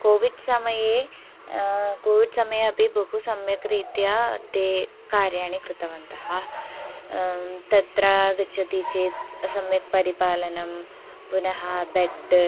COVID समये Covid समये अपि बहु सम्यक् रीत्या ते कार्यं कृतवन्तः तत्र गच्छति चेत् सम्यक् परिपालनं पुनः बेड्